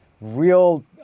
real